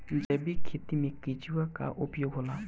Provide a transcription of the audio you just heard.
जैविक खेती मे केचुआ का उपयोग होला?